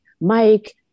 Mike